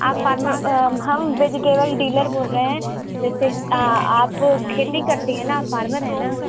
आप फार्मर हम vegetable dealer बोल रहे हैं वैसे आप खेती करती है ना फार्मर हैं ना